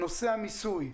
נושא המיסוי,